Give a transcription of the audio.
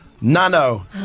Nano